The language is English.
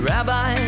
Rabbi